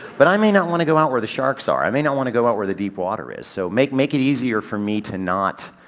but i may not want to go out where the sharks are. i may not want to go out where the deep water is, so make, make it easier for me to not,